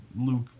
Luke